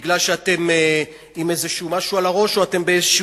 מפני שאתם עם איזה משהו על הראש או אתם באיזו